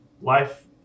Life